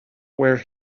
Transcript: where